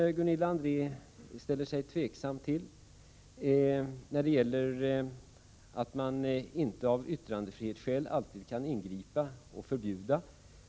Gunilla André ställer sig tveksam till den begränsningen, att man av yttrandefrihetsskäl inte alltid kan ingripa och förbjuda.